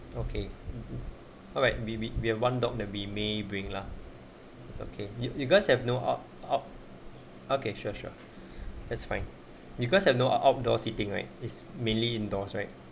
okay alright we we have one dog that we may bring lah it's okay you you guys have no out out okay sure sure that's fine you guys have no outdoor seating right is merely indoors right